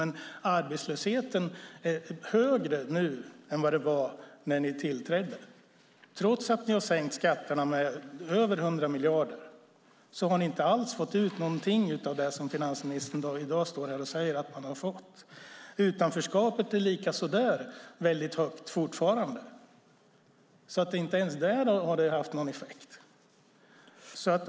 Men arbetslösheten är högre nu än den var när ni tillträdde. Trots att ni har sänkt skatterna med över hundra miljarder har man inte alls fått ut någonting av det som finansministern i dag står här och säger att man har fått. Utanförskapet är likaså det väldigt högt fortfarande. Inte ens där har det haft någon effekt.